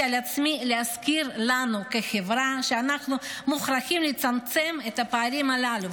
על עצמי להזכיר לנו כחברה שאנחנו מוכרחים לצמצם את הפערים הללו,